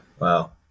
Wow